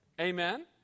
Amen